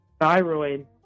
Thyroid